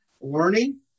learning